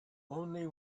only